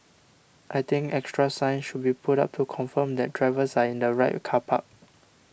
I think extra signs should be put up to confirm that drivers are in the right car park